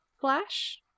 Flash